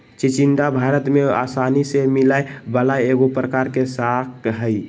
चिचिण्डा भारत में आसानी से मिलय वला एगो प्रकार के शाक हइ